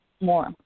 more